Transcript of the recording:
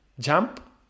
Jump